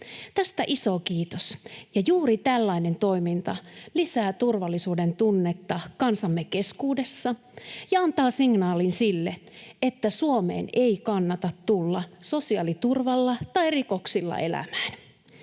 Tästä iso kiitos. Juuri tällainen toiminta lisää turvallisuudentunnetta kansamme keskuudessa ja antaa signaalin sille, että Suomeen ei kannata tulla sosiaaliturvalla tai rikoksilla elämään.